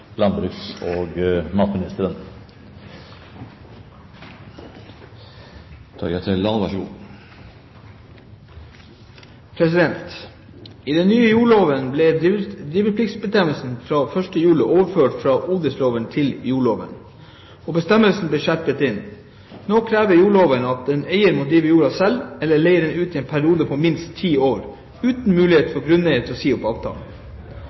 jordloven, og bestemmelsen ble skjerpet inn. Nå krever jordloven at eier må drive jorda selv, eller leie den ut i en periode på minst ti år, uten mulighet for grunneier til å si opp avtalen.